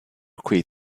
quit